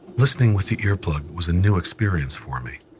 listening with the earplug was a new experience for me.